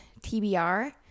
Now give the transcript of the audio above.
TBR